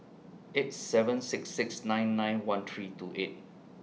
eight seven six six nine nine one three two eight